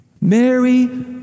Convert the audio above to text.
Mary